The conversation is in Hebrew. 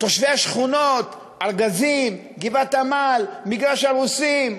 תושבי השכונות: הארגזים, גבעת-עמל, מגרש-הרוסים,